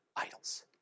idols